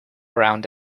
around